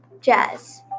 jazz